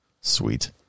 Sweet